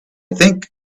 think